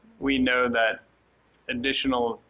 we know that additional